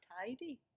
tidy